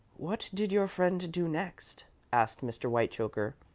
what did your friend do next? asked mr. whitechoker.